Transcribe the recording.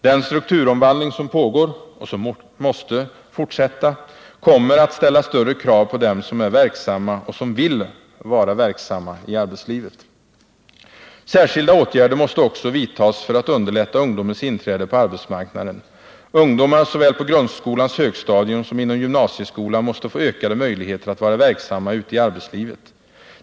Den strukturomvandling som pågår — och som måste fortsätta — kommer att ställa större krav på dem som är verksamma och som vill vara verksamma i arbetslivet. Särskilda åtgärder måste också vidtas för att underlätta ungdomens inträde på arbetsmarknaden. Ungdomar såväl på grundskolans högstadium som inom gymnasieskolan måste få ökade möjligheter att vara verksamma ute i arbetslivet.